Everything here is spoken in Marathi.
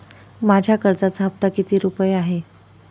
माझ्या कर्जाचा हफ्ता किती रुपये आहे?